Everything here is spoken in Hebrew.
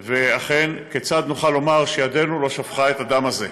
ואכן, כיצד נוכל לומר שידנו לא שפכה את הדם הזה?